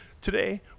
Today